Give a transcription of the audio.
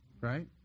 Right